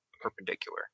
perpendicular